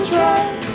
trust